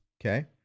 Okay